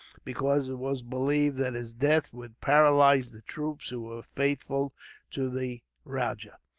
because it was believed that his death would paralyse the troops who were faithful to the rajah.